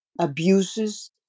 abuses